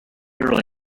early